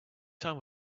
time